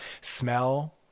smell